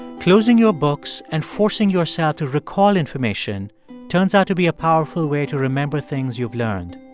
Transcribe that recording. closing your books and forcing yourself to recall information turns out to be a powerful way to remember things you've learned.